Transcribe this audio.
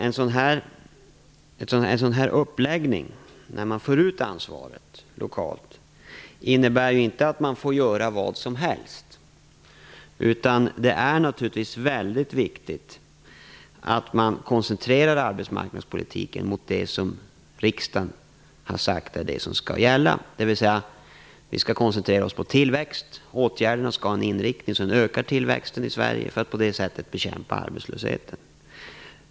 En sådan här uppläggning, där man för ut ansvaret lokalt, innebär inte att man får göra vad som helst. Tvärtom är det naturligtvis väldigt viktigt att man koncentrerar arbetsmarknadspolitiken på det som riksdagen har sagt skall gälla. Det innebär att vi skall koncentrera oss på tillväxt. Åtgärderna skall ha en inriktning som ökar tillväxten i Sverige för att man på det sättet skall bekämpa arbetslösheten.